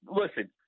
Listen